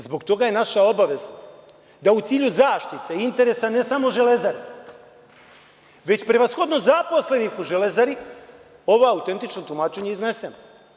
Zbog toga je naša obaveza da u cilju zaštite interesa ne samo „Železare“, već prevashodno zaposlenih u „Železari“, ova autentična tumačenja iznesemo.